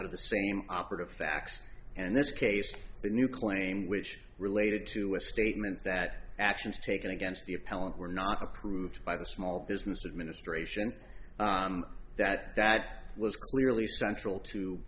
out of the same operative facts and this case a new claim which related to a statement that actions taken against the appellant were not approved by the small business administration that that was clearly central to